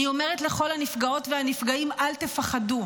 אני אומרת לכל הנפגעות והנפגעים: אל תפחדו.